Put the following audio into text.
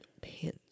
Pins